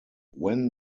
when